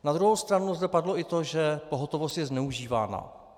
Na druhou stranu zde padlo i to, že pohotovost je zneužívána.